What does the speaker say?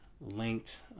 linked